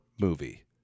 movie